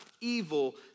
evil